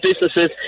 businesses